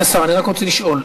אדוני השר, אני רק רוצה לשאול.